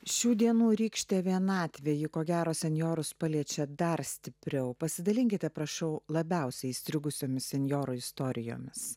šių dienų rykšte vienatvę ji ko gero senjorus paliečia dar stipriau pasidalinkite prašau labiausiai įstrigusiomis senjoro istorijomis